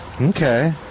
Okay